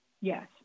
Yes